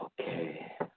Okay